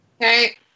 Okay